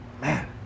Man